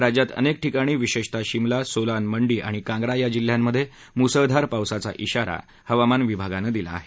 राज्यात अनेक ठिकाणी विशेषतः शिमला सोलान मंडी आणि कांग्रा या जिल्ह्यांमध्ये मुसळधार पावसाचा इशारा विभागानं दिला आहे